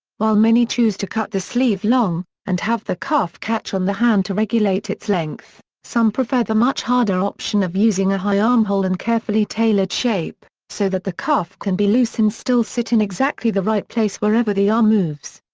while many choose to cut the sleeve long, and have the cuff catch on the hand to regulate its length, some prefer the much harder option of using a high armhole and carefully tailored shape, so that the cuff can be loose and still sit in exactly the right place wherever the arm moves.